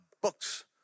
books